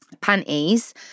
panties